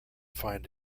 find